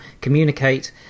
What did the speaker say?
communicate